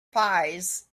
pies